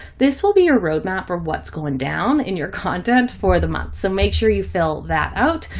this will be a roadmap for what's going down in your content for the month. so make sure you fill that out.